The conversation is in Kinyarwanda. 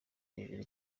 hejuru